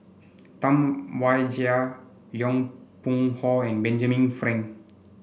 Tam Wai Jia Yong Pung Hong and Benjamin Frank